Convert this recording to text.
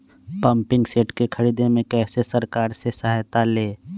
Pumping set के ख़रीदे मे कैसे सरकार से सहायता ले?